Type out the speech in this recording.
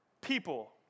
people